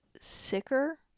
sicker